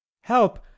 Help